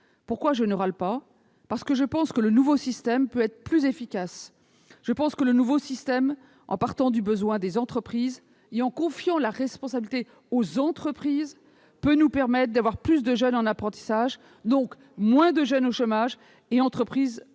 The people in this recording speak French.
Pourquoi je ne râle pas ? Parce que je pense que le nouveau système peut être plus efficace. Je pense que le nouveau système, en partant du besoin des entreprises et en confiant la responsabilité aux entreprises, peut nous permettre d'avoir plus de jeunes en apprentissage, donc moins de jeunes au chômage, et des entreprises ayant plus